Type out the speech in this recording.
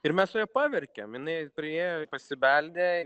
ir mes su ja paverkėm jinai priėjo pasibeldė